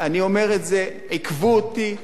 אני אומר את זה, עיכבו אותי.